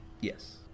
Yes